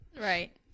Right